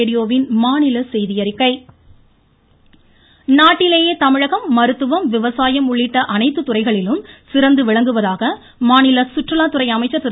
நடராஜன் நாட்டிலேயே தமிழகம் மருத்துவம் விவசாயம் உள்ளிட்ட அனைத்து துறைகளிலும் சிறந்து விளங்குவதாக மாநில சுற்றுலாத்துறை அமைச்சர் திரு